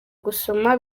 gusoma